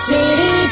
City